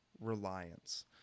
reliance